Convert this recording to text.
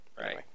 right